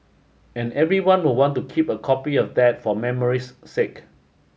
and everyone will want to keep a copy of that for memory's sake